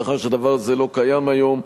מאחר שהדבר הזה לא קיים היום,